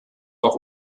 auch